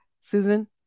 Susan